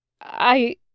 I